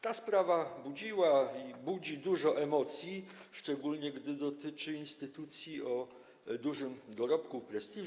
Ta sprawa budziła i budzi dużo emocji, szczególnie gdy dotyczy instytucji o dużym dorobku, prestiżu.